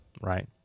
right